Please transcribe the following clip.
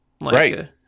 Right